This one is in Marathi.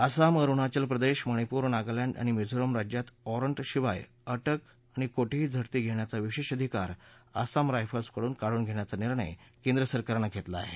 आसाम अरुणाचल प्रदेश मणिपूर नागालँड आणि मिझोरम राज्यात वॉरन्ट शिवाय अटक आणि कोठेही झडती घेण्याचा विशेष अधिकार आसाम रायफल्सकडून काढून घेण्याचा निर्णय केंद्र सरकारनं घेतला आहे